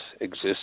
exists